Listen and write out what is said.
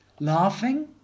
Laughing